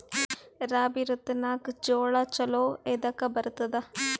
ರಾಬಿ ಋತುನಾಗ್ ಜೋಳ ಚಲೋ ಎದಕ ಬರತದ?